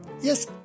Yes